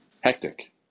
hectic